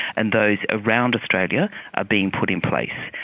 and those around australia are being put in place.